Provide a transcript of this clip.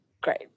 great